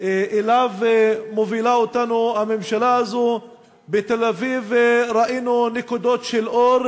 שאליו מובילה אותנו הממשלה הזאת בתל-אביב ראינו נקודות של אור,